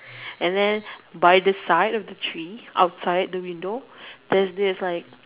and then by the side of the tree outside the window there's this like